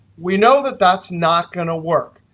we know that that's not going to work.